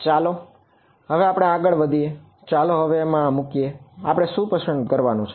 તેથી ચાલો હવે આગળ વધીએ ચાલો હવે એમાં મૂકીએ હવે આપણે શું પસંદ કરવાનું છે